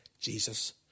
Jesus